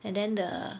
and then the